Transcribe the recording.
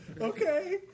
Okay